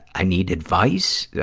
i need advice, yeah